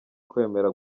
kwemera